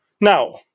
Now